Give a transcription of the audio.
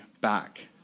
back